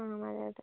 ആ അതെ അതെ